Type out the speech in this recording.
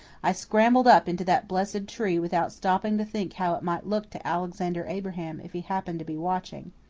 i scrambled up into that blessed tree without stopping to think how it might look to alexander abraham if he happened to be watching.